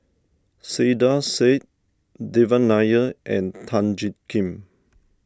Saiedah Said Devan Nair and Tan Jiak Kim